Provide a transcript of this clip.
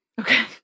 Okay